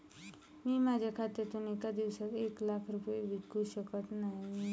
मी माझ्या खात्यातून एका दिवसात एक लाख रुपये विकू शकत नाही